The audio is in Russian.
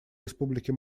республики